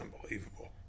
unbelievable